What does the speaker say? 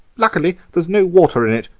luckily there's no water in it,